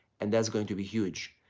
and that's going to be huge.